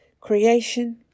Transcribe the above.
Creation